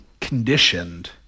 conditioned